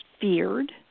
feared